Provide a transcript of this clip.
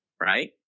right